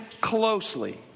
closely